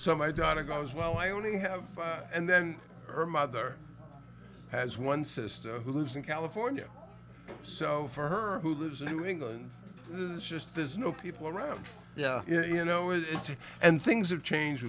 so my daughter goes well i only have five and then erm other has one sister who lives in california so for her who lives in new england is just there's no people around yeah you know it's and things are chang